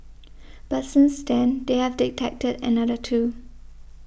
but since then they have detected another two